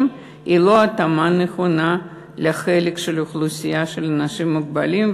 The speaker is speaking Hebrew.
היא לא התאמה נכונה לחלק מהאוכלוסייה של האנשים המוגבלים,